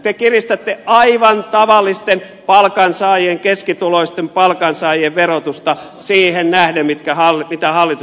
te kiristätte aivan tavallisten palkansaajien keskituloisten palkansaajien verotusta siihen nähden mitä hallitus on esittänyt